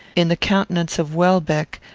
in the countenance of welbeck,